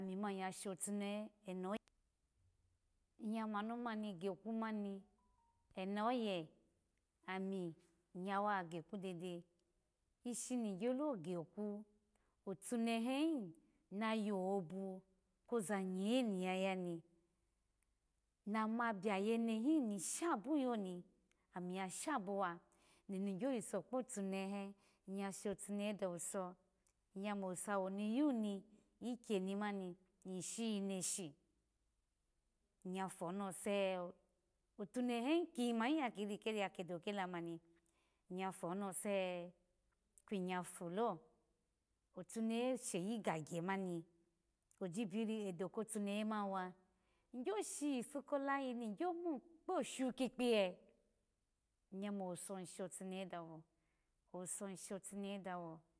Amima iyashotunehe enoye iya manu mani ni geku mani ami iya wageku dede ishini gyolo geku otunehehi na yohobo koza nye ni ya yani mama biyenehi nishabuyoni ami ya shabuwa eno ni gyo nyiso kpotuneha iya shotunehe dowuso iya mo owuso awo niyuni ikyeni mami isho neshi iya fonose? Otunehe ki ya yu ya kiri kedo kela mani iya fonose kwu ya folo otunehe yeyi gagye mami oji biri edo kotunehe mawa igyo shi ipu koleyi ni gyomo kposhun ikpiye ya mowuso ishotunehe dawo owuso ishotunehe dawo